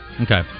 Okay